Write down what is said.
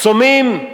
סומים?